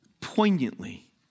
poignantly